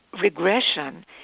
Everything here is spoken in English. regression